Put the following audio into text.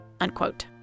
unquote